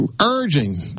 urging